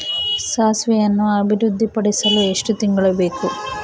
ಸಾಸಿವೆಯನ್ನು ಅಭಿವೃದ್ಧಿಪಡಿಸಲು ಎಷ್ಟು ತಿಂಗಳು ಬೇಕು?